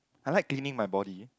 I like cleaning my body